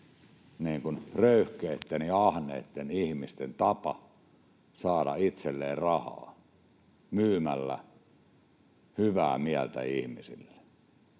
tiettyjen röyhkeitten ja ahneitten ihmisten tapa saada itselleen rahaa myymällä hyvää mieltä ihmisille.